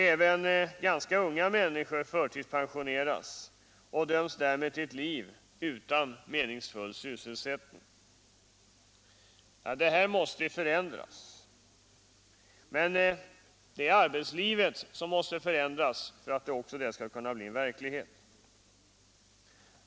Även ganska unga människor förtidspensioneras och döms därmed till ett liv utan meningsfull sysselsättning. Detta måste förändras - men det är arbetslivet som skall förbättras för att det skall kunna bli en verklighet.